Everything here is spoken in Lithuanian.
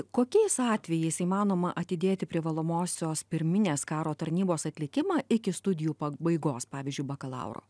kokiais atvejais įmanoma atidėti privalomosios pirminės karo tarnybos atlikimą iki studijų pabaigos pavyzdžiui bakalauro